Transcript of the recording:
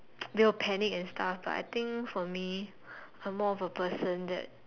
they will panic and stuff but I think for me I'm more of a person that